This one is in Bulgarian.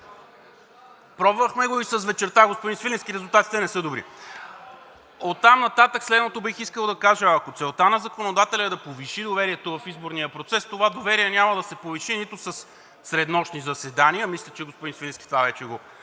Пробвахме го и с вечерта, господин Свиленски, резултатите не са добри. Оттам нататък следното бих искал да кажа, ако целта на законодателя е да повиши доверието в изборния процес, това доверие няма да се повиши нито със среднощни заседания, мисля, че господин Свиленски, това вече го